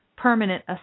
Permanent